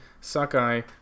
sakai